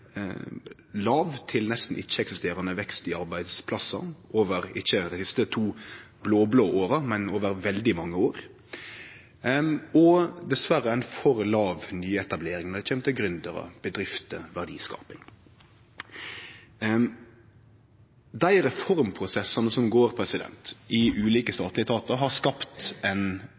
ikkje over dei siste to blå-blå åra, men over veldig mange år – og dessverre ei for låg nyetablering når det kjem til gründerar, bedrifter og verdiskaping. Dei reformprosessane som skjer i ulike statlege etatar, har skapt